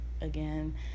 again